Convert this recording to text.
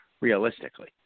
realistically